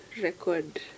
record